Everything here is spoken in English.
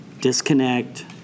disconnect